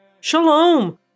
Shalom